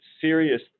serious